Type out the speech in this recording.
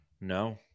No